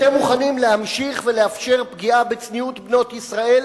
אתם מוכנים להמשיך ולאפשר פגיעה בצניעות בנות ישראל